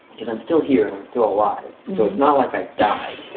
cause i'm still here and i'm still alive so it's not like i've died.